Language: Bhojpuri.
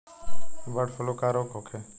बडॅ फ्लू का रोग होखे?